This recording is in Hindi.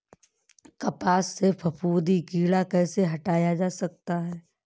कपास से फफूंदी कीड़ा कैसे हटाया जा सकता है?